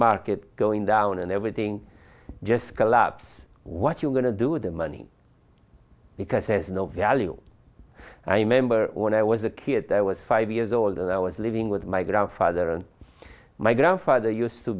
market going down and everything just collapse what you're going to do with the money because there's no value i remember when i was a kid i was five years old and i was living with my grandfather and my grandfather used to